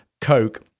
Coke